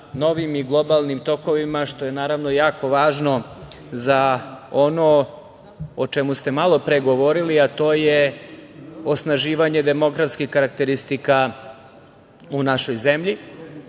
novim i globalnim tokovima što je naravno, jako važno za ono o čemu ste malopre govorili, a to je osnaživanje demografskih karakteristika u našoj zemlji.S